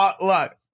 look